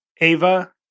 Ava